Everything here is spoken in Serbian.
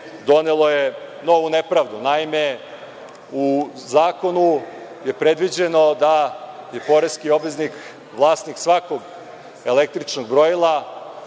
donelo je novu nepravdu. Naime, u zakonu je predviđeno da je poreski obveznik vlasnik svakog električnog brojila